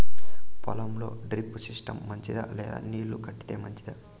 పొలం లో drip system మంచిదా లేదా నీళ్లు కట్టేది మంచిదా?